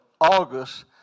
August